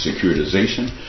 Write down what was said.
securitization